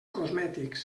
cosmètics